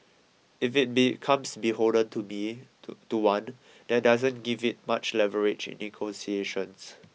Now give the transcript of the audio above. if it becomes beholden to be holder to one that doesn't give it much leverage in negotiations